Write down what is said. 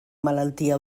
malaltia